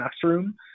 classroom